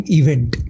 event